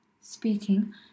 speaking